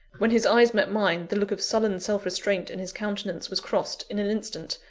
when his eyes met mine, the look of sullen self-restraint in his countenance was crossed, in an instant,